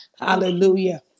Hallelujah